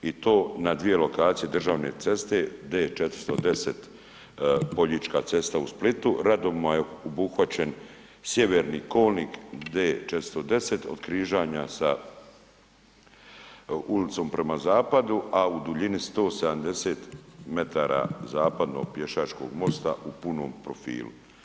I to na dvije lokacije državne ceste D410 Poljička cesta u Splitu, radovima je obuhvaćen sjeverni kolnik D410 od križanja sa ulicom prema zapadu a u duljini 170 metara zapadno od pješačkog mosta u punom profilu.